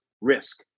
risk